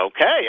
Okay